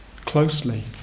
closely